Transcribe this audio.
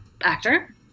actor